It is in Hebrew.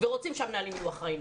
ורוצים שהמנהלים יהיו אחראים.